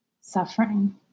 suffering